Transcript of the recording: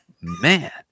Man